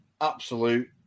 absolute